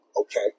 okay